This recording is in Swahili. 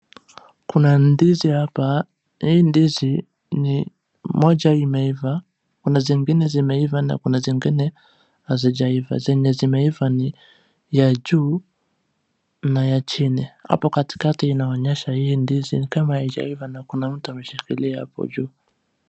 Kuna ndizi apa, na hii ndizi ni mmoja imeiva, kuna zingine zimeiva na zingine hazijaiva. Zenye zimeiva ni ya juu na ya chini, hapa katikati inaonyesha hii ndizi nikaa haijaiva na kuna mtu ameshikilia apo juu.